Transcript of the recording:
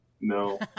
no